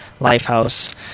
Lifehouse